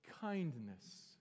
kindness